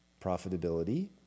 profitability